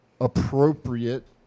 appropriate